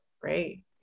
Great